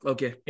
Okay